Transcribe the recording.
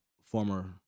former